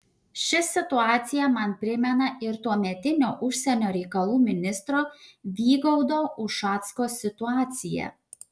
ši situacija man primena ir tuometinio užsienio reikalų ministro vygaudo ušacko situaciją